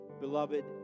Beloved